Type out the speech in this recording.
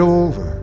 over